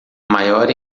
maior